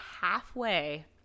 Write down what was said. halfway